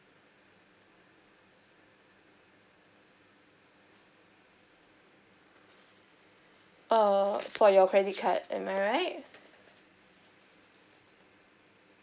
err for your credit card am I right